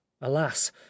alas